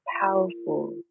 powerful